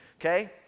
okay